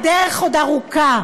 הדרך עוד ארוכה.